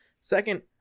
second